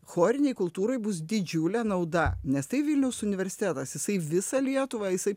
chorinei kultūrai bus didžiulė nauda nes tai vilniaus universitetas jisai visą lietuvą jisai